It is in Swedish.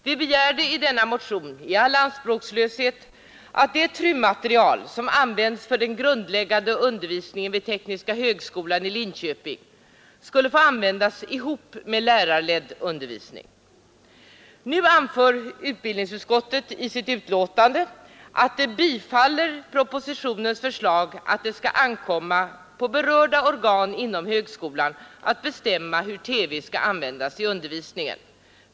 Vi begärde i denna motion i all anspråkslöshet att det TRU-material som används för den grundläggande undervisningen vid tekniska högskolan i Linköping skulle få användas ihop med lärarledd undervisning. Nu anför utbildningsutskottet i sitt betänkande att man biträder propositionens förslag att det skall ankomma på berörda organ inom högskolan att bestämma hur TV skall användas i undervisningen.